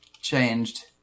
changed